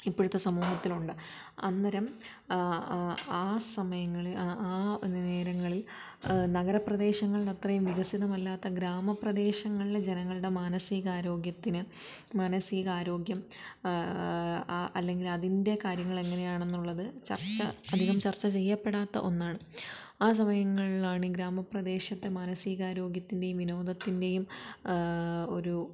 ഇപ്പോഴത്തെ സമൂഹത്തിനുണ്ട് അന്നേരം ആ സമയങ്ങളിൽ അ ആ നേരങ്ങളിൽ നഗരപ്രദേശങ്ങളുടെ അത്രയും വികസിതമല്ലാത്ത ഗ്രാമപ്രദേശങ്ങളിലെ ജനങ്ങളുടെ മനസിക ആരോഗ്യത്തിന് മാനസിക ആരോഗ്യം അല്ലെങ്കിൽ അതിൻ്റെ കാര്യങ്ങൾ എങ്ങനെയാണെന്ന് ഉള്ളത് ചർച്ച അധികം ചർച്ച ചെയ്യപ്പെടാത്ത ഒന്നാണ് ആ സമയങ്ങളിലാണ് ഗ്രാമപ്രദേശത്തെ മാനസിക ആരോഗ്യത്തിൻ്റെയും വിനോദത്തിൻ്റെയും ഒരു